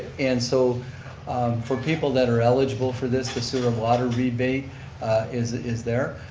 and so for people that are eligible for this, the sewer water rebate is is there.